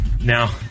Now